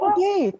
Okay